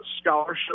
scholarship